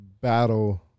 battle